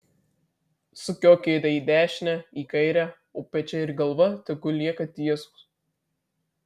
sukiok kėdę į dešinę į kairę o pečiai ir galva tegul lieka tiesūs